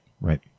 Right